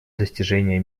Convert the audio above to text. достижения